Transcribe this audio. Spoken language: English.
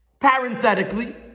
Parenthetically